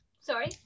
Sorry